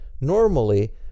Normally